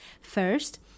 First